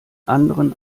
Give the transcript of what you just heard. anderen